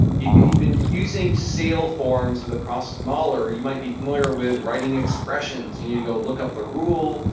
if you've been using sail forms with the process modeler, you might be familiar with writing expressions. you need to go look up the rule.